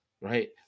right